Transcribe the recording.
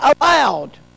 allowed